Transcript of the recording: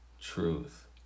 truth